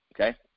okay